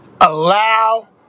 allow